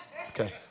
Okay